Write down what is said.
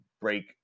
break